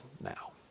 now